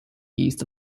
east